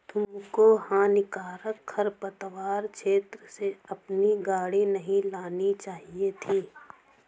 तुमको हानिकारक खरपतवार क्षेत्र से अपनी गाड़ी नहीं लानी चाहिए थी